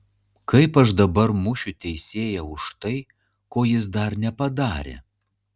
kaip aš dabar mušiu teisėją už tai ko jis dar nepadarė